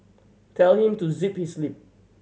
tell him to zip his lip